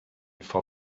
for